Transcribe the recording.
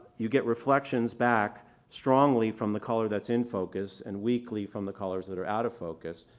you get reflections back strongly from the color that's in focus and weakly from the colors that are out of focus.